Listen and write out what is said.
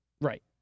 Right